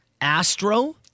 Astro